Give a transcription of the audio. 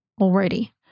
already